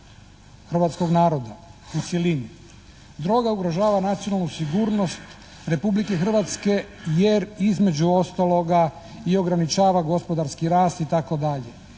hrvatskog naroda u cjelini. Droga ugrožava nacionalnu sigurnost Republike Hrvatske jer između ostaloga i ograničava gospodarski rast itd.